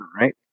right